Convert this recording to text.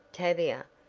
tavia,